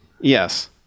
yes